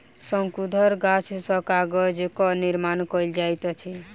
शंकुधर गाछ सॅ कागजक निर्माण कयल जाइत अछि